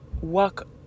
work